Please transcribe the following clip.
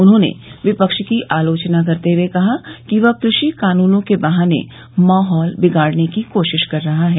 उन्होंने विपक्ष की आलोचना करते हुए कहा कि वह क्रृषि कानूनों के बहाने माहौल बिगाड़ने की कोशिश कर रहा है